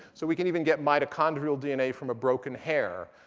so we can even get mitochondrial dna from a broken hair.